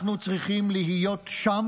אנחנו צריכים להיות שם